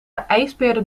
ijsbeerde